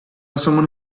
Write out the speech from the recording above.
someone